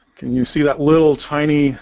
can you see that little tiny